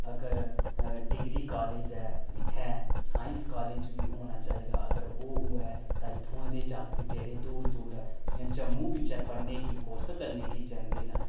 अगर degree college ऐ इत्थेंं साईंस कालेज बी होना चाहिदा अगर ओह् होऐ तां इत्थुआं दे जागत जेह्ड़े दूर दूर जियें जम्मू बिच्च पढ़ने गी जां कोर्स करने गी जंदे न